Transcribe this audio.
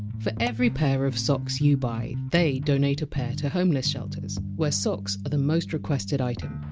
for every pair of socks you buy, they donate a pair to homeless shelters, where socks are the most requested item.